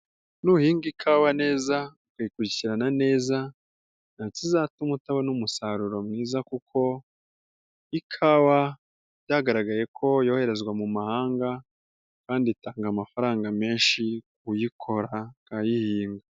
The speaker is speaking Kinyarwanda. Nuhinga ikawa neza uyikurikirana neza nta kizatuma utabona umusaruro mwiza ,kuko ikawa byagaragaye ko yoherezwa mu mahanga. Kandi itanga amafaranga menshi uyikora akayihinga.